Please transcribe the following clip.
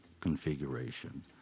configuration